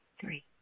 three